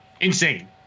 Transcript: Insane